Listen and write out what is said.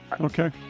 Okay